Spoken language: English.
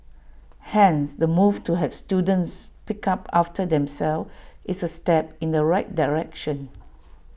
hence the move to have students pick up after themselves is A step in the right direction